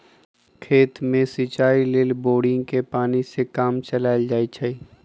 खेत में सिचाई लेल बोड़िंगके पानी से काम चलायल जाइ छइ